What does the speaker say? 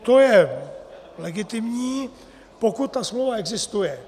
To je legitimní, pokud ta smlouva existuje.